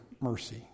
mercy